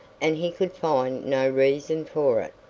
and he could find no reason for it.